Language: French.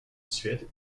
suède